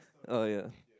oh ya